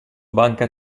banca